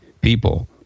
people